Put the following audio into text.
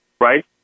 right